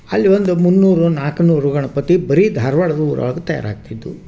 ಅಲ್ಲಿ ಒಂದು ಮುನ್ನೂರೋ ನಾಲ್ಕ್ನೂರೋ ಗಣಪತಿ ಬರೀ ಧಾರ್ವಾಡ್ದ ಊರೊಳಗೆ ತಯಾರಾಗ್ತಿದ್ದವು